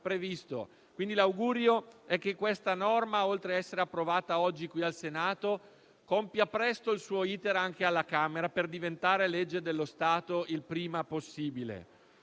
quindi, che questa norma, oltre a essere approvata oggi qui al Senato, compia presto il suo *iter* anche alla Camera per diventare legge dello Stato il prima possibile.